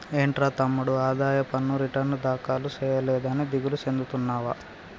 ఏంట్రా తమ్ముడు ఆదాయ పన్ను రిటర్న్ దాఖలు సేయలేదని దిగులు సెందుతున్నావా